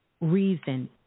reason